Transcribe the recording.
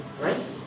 right